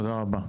תודה רבה.